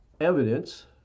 evidence